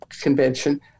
Convention